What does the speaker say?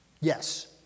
yes